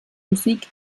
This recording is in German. musik